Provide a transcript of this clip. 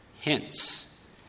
Hence